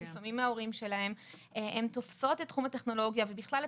לפעמים מההורים שלהן והן תופסות את תחום הטכנולוגיה ובכלל,